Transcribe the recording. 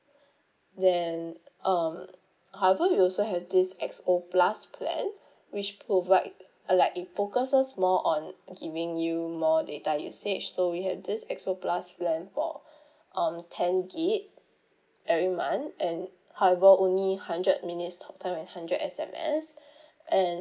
then um however we also have this X O plus plan which provide uh like it focuses more on giving you more data usage so we have this X O plus plan for um ten gig every month and however only hundred minutes talk time and hundred S_M_S and